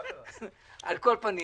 אל תדבר כללית.